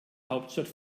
hauptstadt